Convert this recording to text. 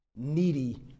needy